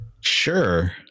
Sure